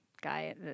guy